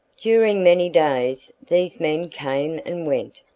during many days these men came and went,